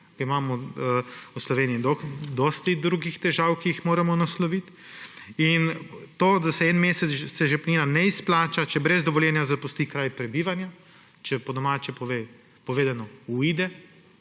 Imamo v Sloveniji dosti drugih težav, ki jih moramo nasloviti. In to, da se en mesec žepnina ne izplača, če brez dovoljenja zapusti kraj prebivanja, po domače povedano,